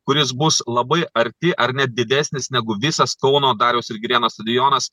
kuris bus labai arti ar net didesnis negu visas kauno dariaus ir girėno stadionas